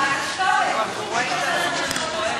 זו בושה גדולה.